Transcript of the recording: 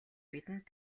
бидэнд